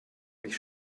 mich